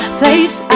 place